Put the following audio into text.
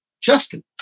Justin